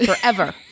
forever